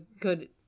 good